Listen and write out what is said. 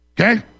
okay